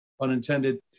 unintended